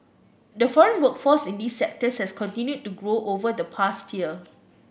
the foreign workforce in these sectors has continued to grow over the past year